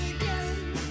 again